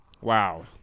Wow